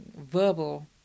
verbal